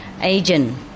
agent